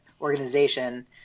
organization